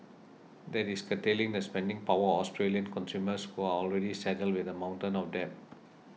that is curtailing the spending power of Australian consumers who are already saddled with a mountain of debt